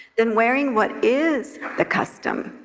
then wearing what is the custom,